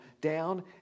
down